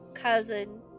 cousin